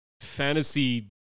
fantasy